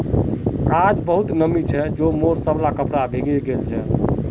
आइज बहुते नमी छै जे मोर सबला कपड़ा भींगे गेल छ